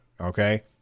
okay